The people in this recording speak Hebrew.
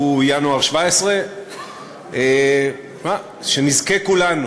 שהוא ינואר 2017. שנזכה כולנו.